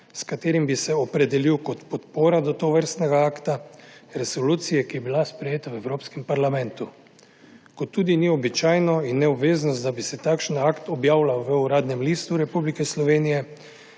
s katerim bi se opredelil kot podpora do tovrstnega akta resolucije, ki je bila sprejeta v Evropskem parlamentu. Tudi ni običajno in ne obveznost, da bi se takšen akt objavljal v Uradnem listu Republike Slovenije,